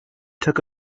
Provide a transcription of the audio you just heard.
took